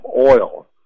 oil